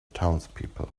townspeople